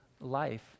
life